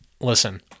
Listen